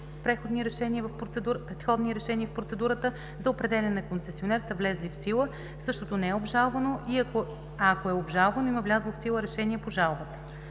предходни решения в процедурата за определяне на концесионер са влезли в сила, същото не е обжалвано, а ако е обжалвано – има влязло в сила решение по жалбата.“